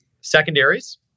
Secondaries